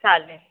चालेल